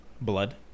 Blood